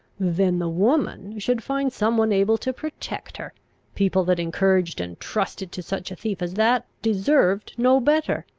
then the woman should find some one able to protect her people that encouraged and trusted to such a thief as that, deserved no better!